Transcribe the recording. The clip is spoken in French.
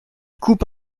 coupe